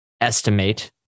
estimate